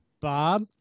Bob